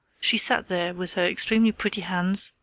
she sat there with her extremely pretty hands,